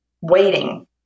waiting